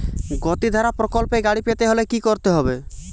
গতিধারা প্রকল্পে গাড়ি পেতে হলে কি করতে হবে?